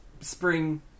spring